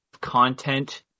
content